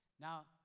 Now